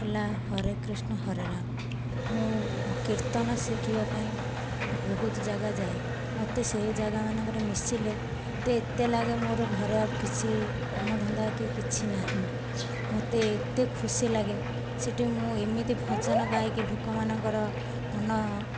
ହେଲା ହରେ କୃଷ୍ଣ ହରେ ରାମ ମୁଁ କୀର୍ତ୍ତନ ଶିଖିବା ପାଇଁ ବହୁତ ଜାଗା ଯାଏ ମୋତେ ସେ ଜାଗା ମାନଙ୍କରେ ମିଶିଲେ ଏତେ ଏତେ ଲାଗେ ମୋର ଆଉ ଘର କିଛି କାମଧନ୍ଦା କି କିଛି ନାହିଁ ମୋତେ ଏତେ ଖୁସି ଲାଗେ ସେଠି ମୁଁ ଏମିତି ଭଜନ ଗାଇକି ଲୋକମାନଙ୍କର ମନ